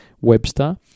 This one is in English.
Webster